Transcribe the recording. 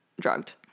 drugged